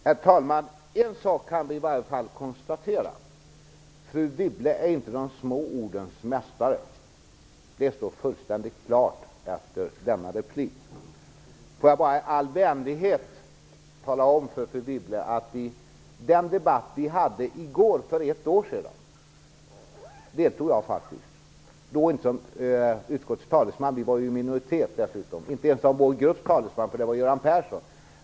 Herr talman! En sak kan vi i varje fall konstatera: Fru Wibble är inte de små ordens mästare. Det står fullständigt klart efter denna replik. Låt mig bara i all vänlighet tala om för fru Wibble att jag faktiskt deltog i den debatt som vi förde för ett år sedan i går, men då inte som utskottets talesman. Vi var dessutom i minoritet. Jag var inte ens vår grupps talesman, utan det var Göran Persson.